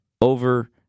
over